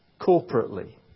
corporately